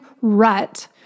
rut